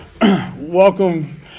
welcome